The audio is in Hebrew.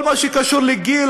כל מה שקשור לגיל,